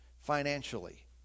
financially